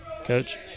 Coach